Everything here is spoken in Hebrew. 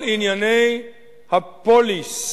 כל ענייני הפוליס,